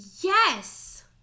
Yes